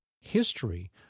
history